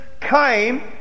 came